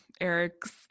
eric's